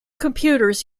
computers